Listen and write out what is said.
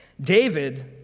David